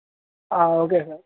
okay sir